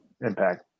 impact